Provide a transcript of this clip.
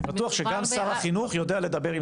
אני בטוח שגם שר החינוך יודע לדבר עם